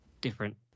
different